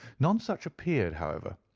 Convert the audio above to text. none such appeared, however.